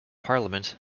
parliament